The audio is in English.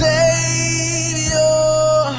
Savior